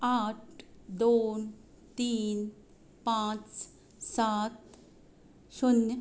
आठ दोन तीन पांच सात शुन्य